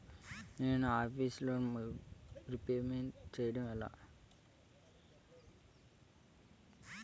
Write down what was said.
నేను నా office loan repayment చేయడం ఎలా?